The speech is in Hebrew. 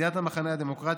סיעת המחנה הדמוקרטי,